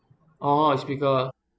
orh it's bigger